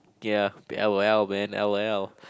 ya l_o_l man l_o_l